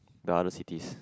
the other cities